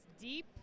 deep